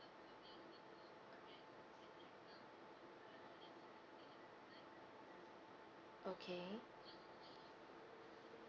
okay